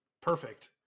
perfect